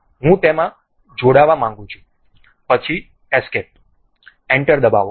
હું તેમાં જોડાવા માંગું છું પછી એસ્કેપ એન્ટર દબાવો